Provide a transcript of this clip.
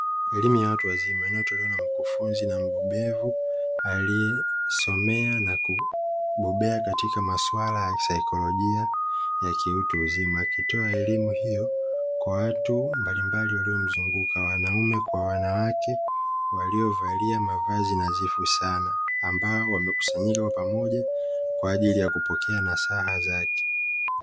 Elimu ya watu wazima inayotolewa na mkufunzi na mbobezi aliyesomea na kubobea katika maswala ya kisaikolojia ya kiutu uzima. Akitoa elimu hiyo kwa watu mbalimbali waliomzunguka, wanaume kwa wanawake waliovalia mavazi nadhifu sana ambao wamekusanyika kwa pamoja kwa ajili ya kupokea nasaha zake.